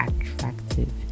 attractive